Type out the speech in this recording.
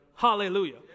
hallelujah